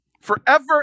Forever